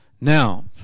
Now